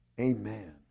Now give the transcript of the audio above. Amen